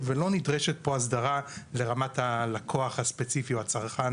לא נדרשת פה אסדרה לרמת הלקוח הספציפי או הצרכן